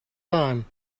time